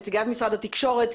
נציגת משרד התקשורת,